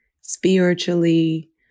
spiritually